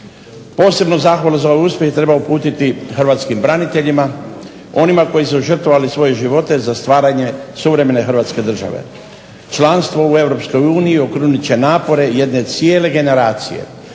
Posebnu zahvalu za ovaj uspjeh treba uputiti hrvatskim braniteljima, onima koji su žrtvovali svoje živote za stvaranje suvremene Hrvatske države. Članstvo u EU okrunit će napore jedne cijele generacije